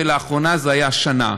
ולאחרונה זה שנה.